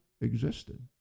existed